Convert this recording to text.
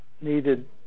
needed